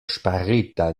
ŝparita